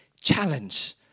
challenge